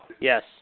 Yes